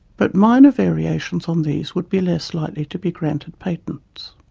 but minor variations on these would be less likely to be granted patents.